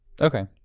Okay